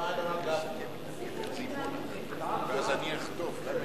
את הצעת חוק הרשויות המקומיות (מימון בחירות) (תיקון,